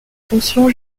fonction